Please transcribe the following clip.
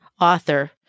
author